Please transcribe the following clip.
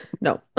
no